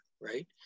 right